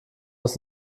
aus